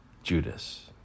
Judas